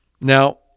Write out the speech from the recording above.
Now